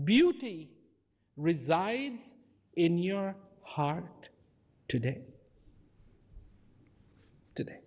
beauty resides in your heart today today